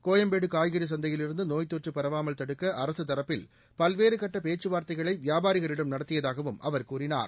கோயம்பேடு காய்கறி சந்தையில் இருந்து நோய்த்தொற்று பரவாமல் தடுக்க அரசு தரப்பில் பல்வேறு கட்ட பேச்சுவார்த்தைகளை வியாபாரிகளிடம் நடத்தியதாகவும் அவர் கூறினார்